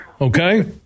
okay